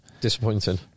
Disappointing